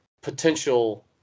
potential